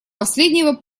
последнего